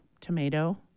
tomato